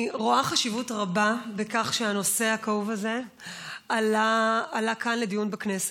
אני רואה חשיבות רבה בכך שהנושא הכאוב הזה עלה כאן לדיון בכנסת.